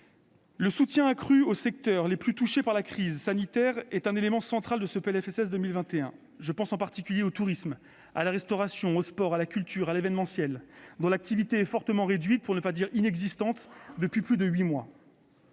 Le soutien accru aux secteurs les plus touchés par la crise sanitaire est un élément central de ce PLFSS. Je pense en particulier au tourisme, à la restauration, au sport, à la culture et à l'événementiel, dont l'activité est fortement réduite, pour ne pas dire inexistante, depuis plus de huit mois.